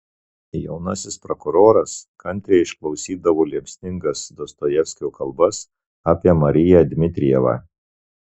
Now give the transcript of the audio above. jaunasis prokuroras kantriai išklausydavo liepsningas dostojevskio kalbas apie mariją dmitrijevą